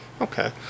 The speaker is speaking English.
Okay